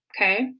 Okay